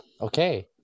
okay